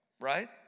right